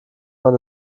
man